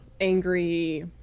angry